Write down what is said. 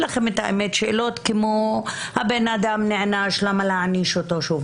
שאלות כמו הבן אדם נענש למה להעניש אותו שוב.